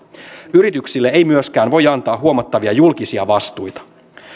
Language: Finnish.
yrityksille ei myöskään voi antaa huomattavia julkisia vastuita